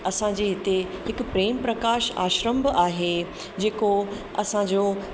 असांजे हिते हिकु प्रेम प्रकाश आश्रम बि आहे जेको असांजो